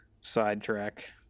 sidetrack